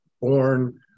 born